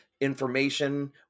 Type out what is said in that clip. information